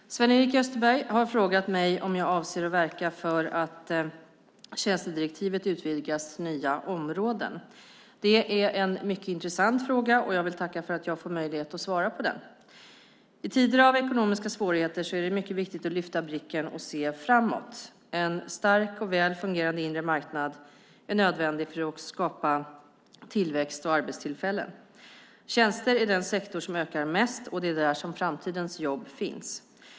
Herr talman! Sven-Erik Österberg har frågat mig om jag avser att verka för att tjänstedirektivet utvidgas till nya områden. Det är en mycket intressant fråga, och jag vill tacka för att jag får möjlighet att svara på den. I tider av ekonomiska svårigheter är det mycket viktigt att lyfta blicken och se framåt. En stark och väl fungerande inre marknad är nödvändig för att skapa tillväxt och arbetstillfällen. Tjänster är den sektor som ökar mest, och det är där som framtidens jobb finns.